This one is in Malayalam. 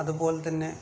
അതുപോലെ തന്നെ